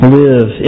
live